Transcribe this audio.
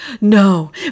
no